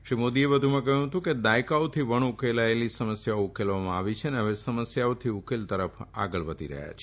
શ્રી મોદીએ વધુમાં કહ્યું હતું કે દાયકાઓથી વણઉકેલાયેલી સમસ્યાઓ ઉકેલવામાં આવી છે અને હવે સમસ્યાઓથી ઉકેલ તરફ આગળ વધી રહ્યો છે